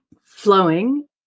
flowing